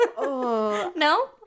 No